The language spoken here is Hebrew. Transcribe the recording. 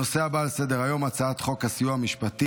הנושא הבא על סדר-היום, הצעת חוק הסיוע המשפטי,